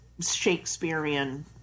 shakespearean